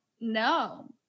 no